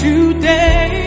Today